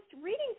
reading